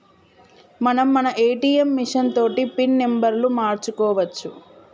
మనం మన ATM machine తోటి పిన్ నెంబర్ను మార్చుకోవచ్చు